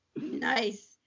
Nice